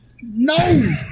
No